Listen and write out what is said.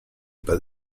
about